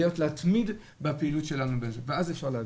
להתמיד בפעילות שלנו בזה ואז אפשר להגיע.